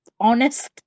honest